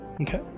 Okay